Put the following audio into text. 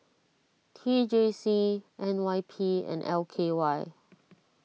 T J C N Y P and L K Y